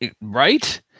Right